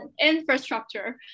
infrastructure